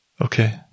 okay